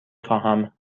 خواهم